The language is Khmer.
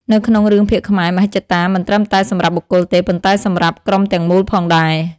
នៅក្នុងរឿងភាគខ្មែរ មហិច្ឆតា មិនត្រឹមតែសម្រាប់បុគ្គលទេ ប៉ុន្តែសម្រាប់ ក្រុមទាំងមូលផងដែរ។